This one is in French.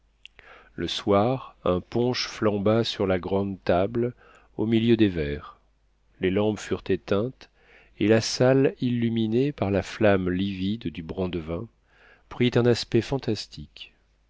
le soir un punch flamba sur la grande table au milieu des verres les lampes furent éteintes et la salle illuminée par la flamme livide du brandevin prit un aspect fantastique